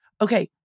Okay